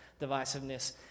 divisiveness